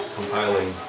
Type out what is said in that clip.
compiling